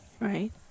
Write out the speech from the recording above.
Right